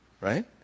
right